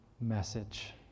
message